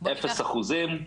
אפס אחוזים.